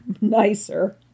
nicer